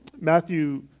Matthew